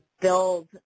build